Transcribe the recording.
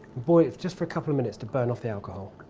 boil it just for a couple of minutes to burn off the alcohol.